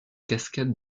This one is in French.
cascade